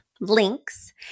links